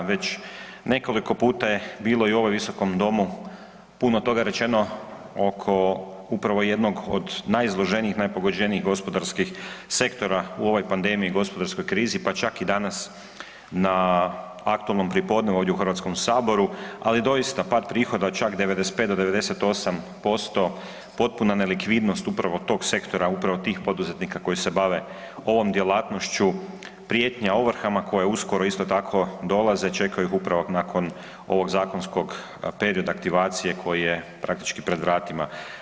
Već nekoliko puta je bilo i u ovom Visokom domu puno toga rečeno oko upravo jednog od najizloženijih, najpogođenijih gospodarskih sektora u ovoj pandemiji i gospodarskoj krizi pa čak i danas na aktualnom prijepodnevu ovdje u Hrvatskom saboru ali doista, pad prihoda od čak 95 do 98%, potpuna nelikvidnost upravo tog sektora, upravo tih poduzetnika koji se bave ovom djelatnošću, prijetnja ovrhama koje uskoro isto tako dolaze, čekaju ih upravo nakon ovog zakonskog perioda aktivacije koji je praktički pred vratima.